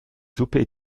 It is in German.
suppe